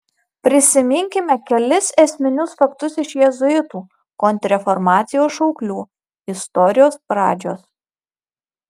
prisiminkime kelis esminius faktus iš jėzuitų kontrreformacijos šauklių istorijos pradžios